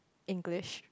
English